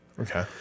Okay